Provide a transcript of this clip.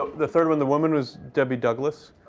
the third one the woman was debbie douglas,